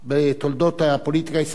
בתולדות הפוליטיקה הישראלית.